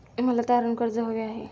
मला तारण कर्ज हवे आहे